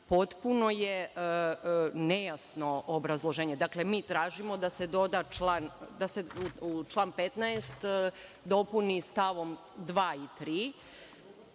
sati. Potpuno je nejasno obrazloženje. Dakle, mi tražimo da se član 15. dopuni stavom 2. i 3.